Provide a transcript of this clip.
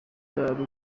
cyari